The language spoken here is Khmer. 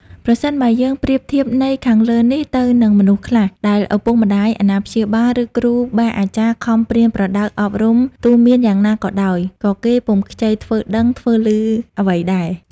ប្រសិនបើយើងប្រៀបធៀបន័យខាងលើនេះទៅនឹងមនុស្សខ្លះ ដែលឳពុកម្តាយ អាណាព្យាបាល ឬគ្រូបាអាចារ្យខំប្រៀនប្រដៅអប់រំទូន្មានយ៉ាងណាក៏ដោយ ក៏គេពុំខ្ចីធ្វើដឹង ធ្វើឮអ្វីដែរ។